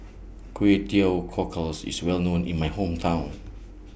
Kway Teow Cockles IS Well known in My Hometown